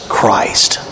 Christ